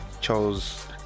chose